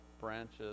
branches